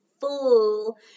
full